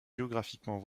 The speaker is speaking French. géographiquement